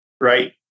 right